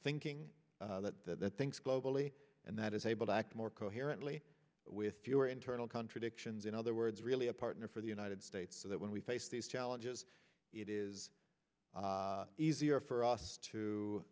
thinking that thinks globally and that is able to act more coherently with fewer internal contradictions in other words really a partner for the united states so that when we face these challenges it is easier for us to